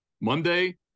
monday